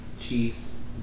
Chiefs